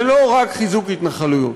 זה לא רק חיזוק התנחלויות.